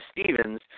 Stevens